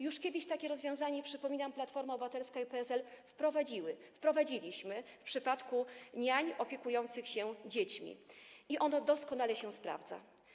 Już kiedyś takie rozwiązanie, przypominam, Platforma Obywatelska i PSL wprowadziły - wprowadziliśmy je w przypadku niań opiekujących się dziećmi i ono doskonale się sprawdza.